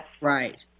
Right